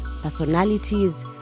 personalities